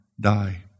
die